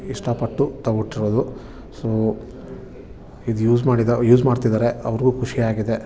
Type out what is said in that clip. ಇಷ್ಟಪಟ್ಟು ತಗೊಟ್ಟಿರೋದು ಸೊ ಇದು ಯೂಸ್ ಮಾಡಿದ ಯೂಸ್ ಮಾಡ್ತಿದ್ದಾರೆ ಅವ್ರಿಗೂ ಖುಷಿಯಾಗಿದೆ